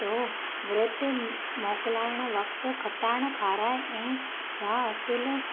तो विर्त मोकिलाइण वक़्ति खटाइण खाराई ऐं जा असुल